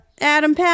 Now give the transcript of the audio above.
Adam